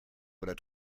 oder